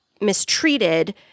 mistreated